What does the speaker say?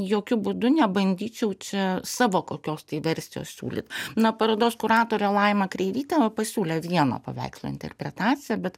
jokiu būdu nebandyčiau čia savo kokios tai versijos siūlyt na parodos kuratorė laima kreivytė va pasiūlė vieno paveikslo interpretaciją bet